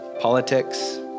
politics